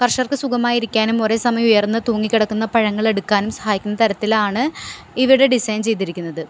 കർഷകർക്ക് സുഖമായിരിക്കാനും ഒരേ സമയം ഉയർന്ന് തൂങ്ങിക്കിടക്കുന്ന പഴങ്ങളെടുക്കാനും സഹായിക്കുന്ന തരത്തിലാണ് ഇവയുടെ ഡിസൈൻ ചെയ്തിരിക്കുന്നത്